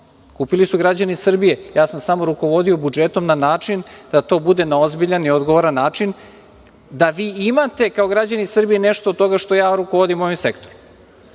Kupili su građani Srbije, ja sam samo rukovodio budžetom na način da to bude na ozbiljan i odgovoran način da vi imate kao građani Srbije nešto od toga što ja rukovodim ovim